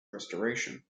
restoration